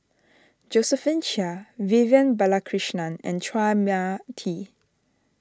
Josephine Chia Vivian Balakrishnan and Chua Mia Tee